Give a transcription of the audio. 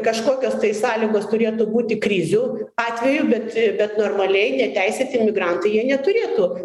kažkokios tai sąlygos turėtų būti krizių atveju bet bet normaliai neteisėti imigrantai jie neturėtų